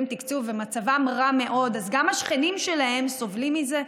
תקצוב ומצבם רע מאוד אז גם השכנים שלהם סובלים מזה?